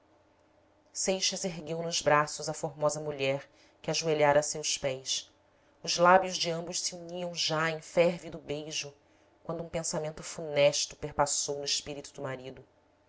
seixas ergueu nos braços a formosa mulher que ajoelhara a seus pés os lábios de ambos se uniam já em férvido beijo quando um pensamento funesto perpassou no espírito do marido